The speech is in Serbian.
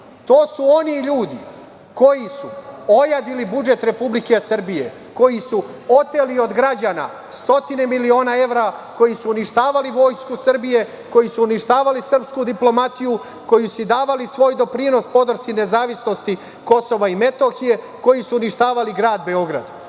To su oni ljudi koji su ojadili budžet Republike Srbije, koji su oteli od građana stotine miliona evra, koji su uništavali Vojsku Srbije, koji su uništavali srpsku diplomatiju, koji su davali svoj doprinos podršci nezavisnosti Kosova i Metohije, koji su uništavali grad Beograd. Svi